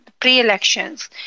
pre-elections